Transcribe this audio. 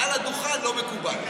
מעל הדוכן לא מקובל.